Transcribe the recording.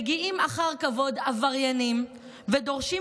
מגיעים אחר כבוד עבריינים ודורשים